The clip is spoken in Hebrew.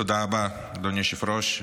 תודה רבה, אדוני היושב-ראש.